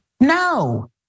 no